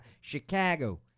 Chicago